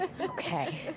Okay